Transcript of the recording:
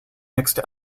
mixed